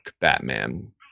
Batman